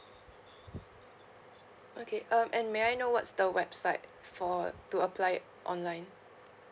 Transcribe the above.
okay um and may I know what's the website for to apply online